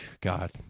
god